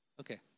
Okay